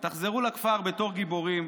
תחזרו לכפר בתור גיבורים,